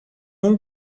اون